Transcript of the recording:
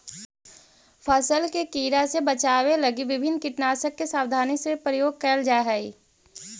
फसल के कीड़ा से बचावे लगी विभिन्न कीटनाशक के सावधानी से प्रयोग कैल जा हइ